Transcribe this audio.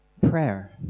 prayer